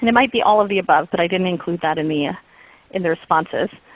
and might be all of the above, but i didn't include that in the ah in the responses.